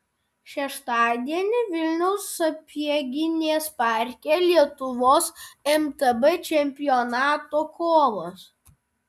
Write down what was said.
šeštadienį vilniaus sapieginės parke lietuvos mtb čempionato kovos